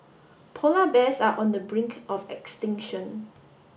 polar bears are on the brink of extinction